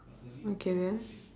okay then